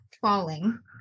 falling